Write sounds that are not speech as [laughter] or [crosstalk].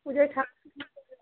পুজোয় [unintelligible]